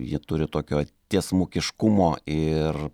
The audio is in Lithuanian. ji turi tokio tiesmukiškumo ir